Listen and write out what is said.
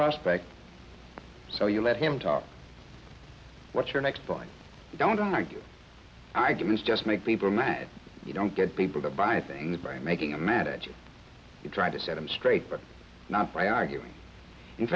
prospect so you let him talk what's your next point don't argue arguments just make people mad you don't get people to buy things by making a manager you try to set him straight but not by arguing in